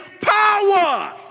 power